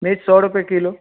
मिर्च सौ रुपये किलो